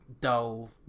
dull